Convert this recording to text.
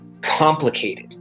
complicated